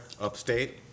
upstate